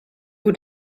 och